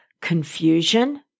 confusion